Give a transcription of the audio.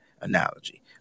analogy